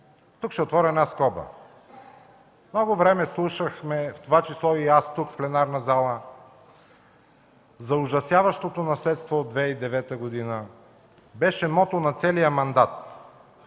Тук ще отворя една скоба. Много време слушахме, в това число и аз тук, в пленарната зала, за ужасяващото наследство от 2009 г. Беше мото на целия мандат.